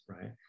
right